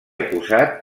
acusat